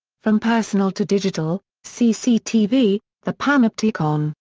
from personal to digital cctv, the panopticon,